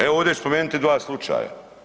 Evo ovde ću spomenuti dva slučaja.